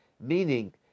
Meaning